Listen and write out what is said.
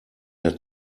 der